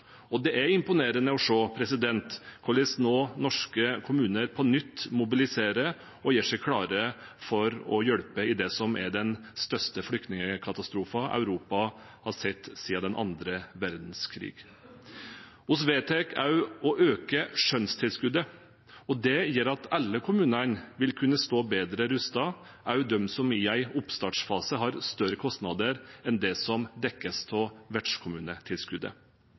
og det er imponerende å se hvordan norske kommuner nå på nytt mobiliserer og gjør seg klare for å hjelpe i det som er den største flyktningkatastrofen Europa har sett siden den andre verdenskrig. Vi vedtar også å øke skjønnstilskuddet. Det gjør at alle kommunene vil kunne stå bedre rustet, også de som i en oppstartsfase har større kostnader enn det som dekkes av vertskommunetilskuddet.